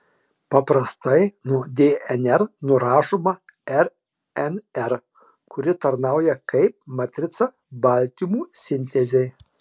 paprastai nuo dnr nurašoma rnr kuri tarnauja kaip matrica baltymų sintezei